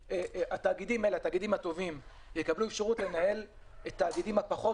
התאגידים הטובים יקבלו אפשרות לנהל את התאגידים הטובים פחות